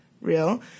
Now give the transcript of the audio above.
Real